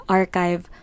archive